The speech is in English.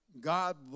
God